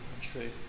true